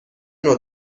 نوع